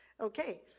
Okay